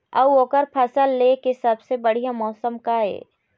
अऊ ओकर फसल लेय के सबसे बढ़िया मौसम का ये?